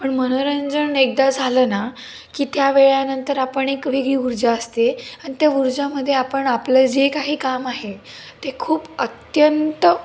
पण मनोरंजन एकदा झालं ना की त्या वेळानंतर आपण एक वेगळी ऊर्जा असते आणि त्या ऊर्जामध्ये आपण आपलं जे काही काम आहे ते खूप अत्यंत